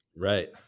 Right